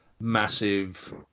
massive